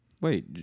Wait